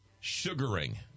sugaring